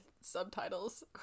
subtitles